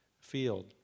field